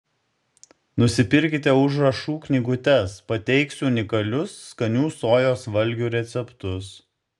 nusipirkite užrašų knygutes pateiksiu unikalius skanių sojos valgių receptus